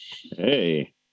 Hey